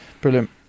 Brilliant